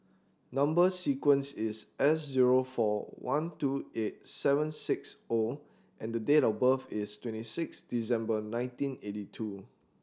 number sequence is S zero four one two eight seven six O and the date of birth is twenty six December nineteen eighty two